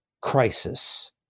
crisis